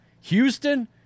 Houston